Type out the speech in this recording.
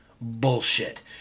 bullshit